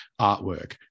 artwork